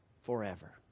forever